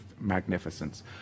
magnificence